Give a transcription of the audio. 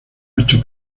ocho